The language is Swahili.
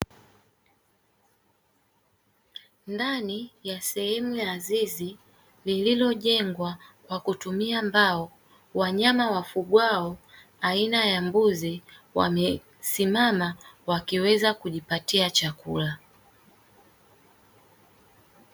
Ndani ya sehemu ya zizi, lililojengwa kwa kutumia mbao, wanyama wafugwao aina ya mbuzi wamesimama wakiweza kujipatia chakula.